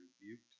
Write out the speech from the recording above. rebuked